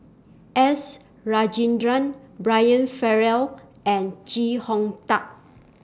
S Rajendran Brian Farrell and Chee Hong Tat